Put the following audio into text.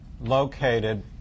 located